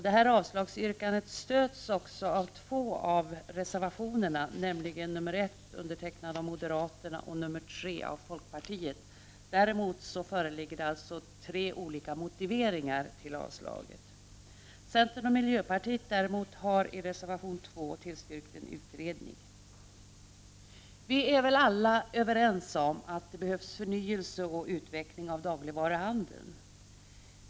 Detta avslagsyrkande stöds också i två av reservationerna, nämligen nr 1 undertecknad av moderaterna och nr 3 av folkpartiet. Däremot föreligger alltså tre olika motiveringar till avslaget. Centern och miljöpartiet har i reservation 2 tillstyrkt en utredning. Vi är alla överens om att det behövs förnyelse och utveckling av dagligvaruhandeln.